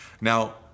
Now